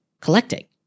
collecting